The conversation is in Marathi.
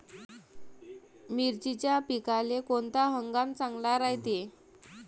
मिर्चीच्या पिकाले कोनता हंगाम चांगला रायते?